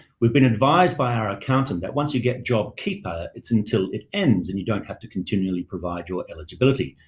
we've been advised by our accountant that once you get jobkeeper, it's until it ends and you don't have to continually provide your eligibility.